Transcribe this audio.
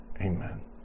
amen